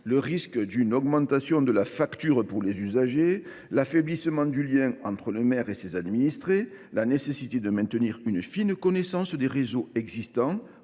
Le risque d’une augmentation de la facture pour les usagers, l’affaiblissement du lien entre le maire et ses administrés, la nécessité de maintenir une fine connaissance des réseaux existants